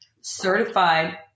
certified